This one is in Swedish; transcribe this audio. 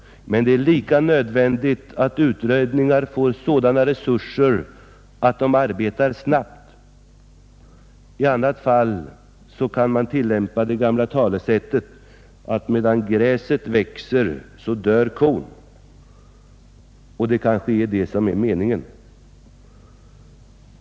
Men det är lika nödvändigt att utredningarna får sådana resurser att de kan arbeta snabbt. I annat fall kan man tillämpa det gamla talesättet att ”medan gräset växer så dör kon” — och det kanske är meningen.